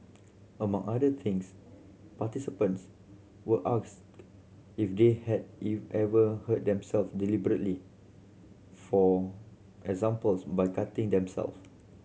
among other things participants were asked if they had ever hurt deliberately for examples by cutting themselves